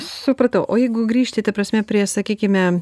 supratau o jeigu grįžti ta prasme prie sakykime